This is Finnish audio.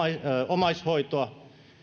omaishoitoa